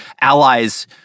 allies